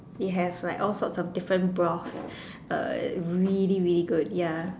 they have like all sort of different broths really really good ya